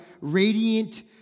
Radiant